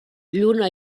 lluna